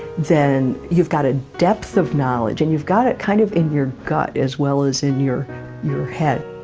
then you've got a depth of knowledge, and you've got it kind of in your gut, as well as in your your head.